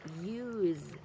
use